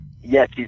yes